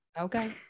Okay